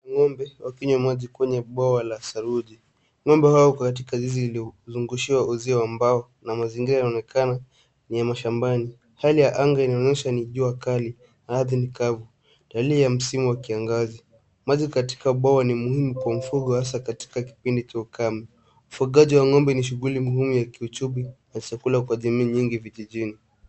Ng'ombe wakinywa maji kwenye bwawa la saruji. Ng'ombe hao wako katika zizi lililozungushiwa uzio wa mbao na mazingira yanaonekana ni ya mashambani. Hali ya anga inaonyesha ni jua kali ardhi ni kavu, dalili ya msimu wa kiangazi. Maji katika bwawa ni muhimu kwa mifugo hasa katika kipindi cha ukame. Ufungaji wa ng'ombe ni shughuli muhimu ya kiuchumi na chakula kwa jamii nyingi vijijini.